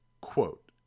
Quote